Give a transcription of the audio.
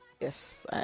Yes